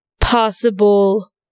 possible